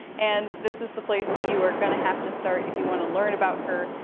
and this is the place that you are gonna have to start if you wanna learn about her.